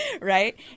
Right